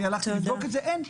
אני הלכתי לבדוק את זה, אין.